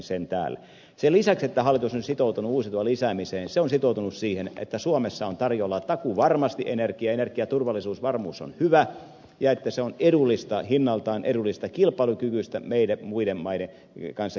sen lisäksi että hallitus on nyt sitoutunut uusiutuvan lisäämiseen se on sitoutunut siihen että suomessa on tarjolla takuuvarmasti energiaa energiaturvallisuusvarmuus on hyvä ja energia on hinnaltaan edullista ja kilpailukykyistä muiden maiden kanssa